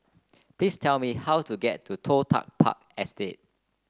please tell me how to get to Toh Tuck Park Estate